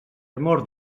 amor